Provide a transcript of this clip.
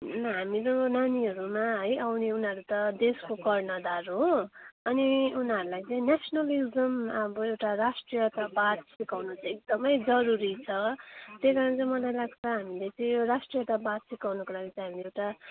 हामीहरू नानीहरूमा है आउने उनीहरू त देशको कर्णधार हो अनि उनीहरूलाई चाहिँ न्यास्नलिजम अब एउटा राष्ट्रियतावाद सिकाउनु चाहिँ एकदमै जरुरी छ त्यही कारण चाहिँ मलाई लाग्छ हामीले चाहिँ यो राष्ट्रियतावाद सिकाउनुको लागि चाहिँ हामी एउटा